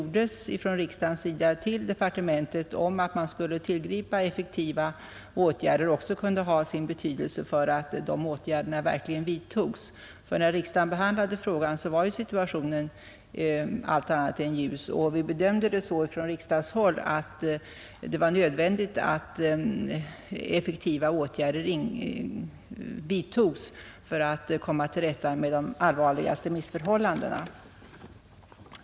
riksdagen gjorde till Kungl. Maj:t om att effektiva åtgärder skulle tillgripas också kunde ha sin betydelse för att de åtgärderna verkligen vidtogs. När riksdagen behandlade frågan var situationen allt annat än ljus, och vi bedömde det som nödvändigt att de allvarligaste missförhållandena rättades till.